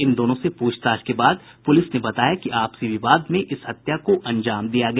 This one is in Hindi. इन दोनों से प्रछताछ के बाद पुलिस ने बताया कि आपसी विवाद में इस हत्या को अंजाम दिया गया